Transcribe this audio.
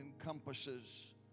encompasses